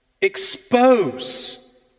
expose